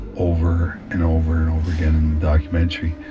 over and over and over again in the documentary.